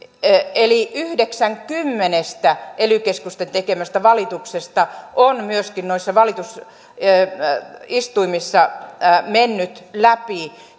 yhdeksän kymmenestä ely keskusten tekemästä valituksesta on myöskin noissa valitustuomioistuimissa mennyt läpi